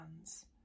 hands